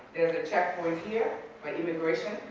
there's a checkpoint here for immigration,